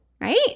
right